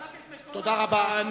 תציל רק את מקום העבודה של ראש הממשלה.